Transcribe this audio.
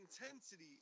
intensity